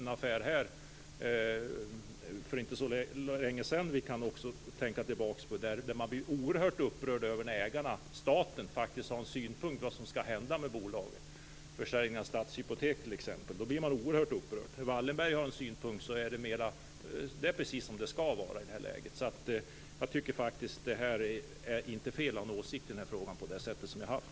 Vi hade ju för inte så länge sedan en affär som vi kan tänka tillbaka på då man blev oerhört upprörd när ägarna, staten, faktiskt hade en synpunkt på vad som skall hända med bolaget. Försäljningen av Stadshypotek är ett exempel då man blev oerhört upprörd. När Wallenberg har en synpunkt är det mera precis som det skall vara i det här läget. Jag tycker faktiskt inte att det är fel att ha en åsikt i den här frågan på det sätt som vi har haft.